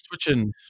switching